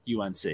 UNC